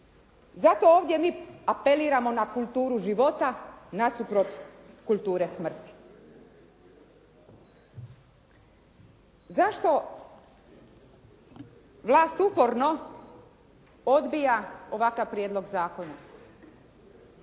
Zato ovdje mi apeliramo na kulturu života nasuprot kulture smrti. Zašto vlast uporno odbija ovakav prijedlog zakona.